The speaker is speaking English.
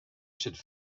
should